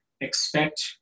expect